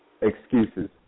excuses